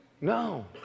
no